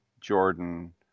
Jordan